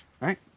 right